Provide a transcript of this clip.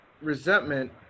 resentment